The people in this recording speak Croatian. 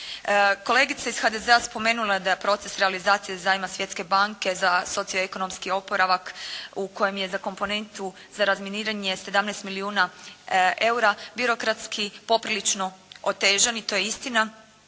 Kolegica je iz HDZ-a spomenula da proces realizacije zajma Svjetske banke za socioekonomski oporavak u kojem je za komponentu za razminiranje 17 milijuna eura, birokratski poprilično otežan i to je istina.